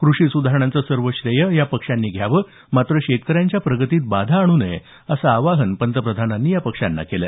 कृषी सुधारणांचं सर्व श्रेय या पक्षांनी घ्यावं मात्र शेतकऱ्यांच्या प्रगतीत बाधा आणू नये असं आवाहन पंतप्रधानांनी या पक्षांना केलं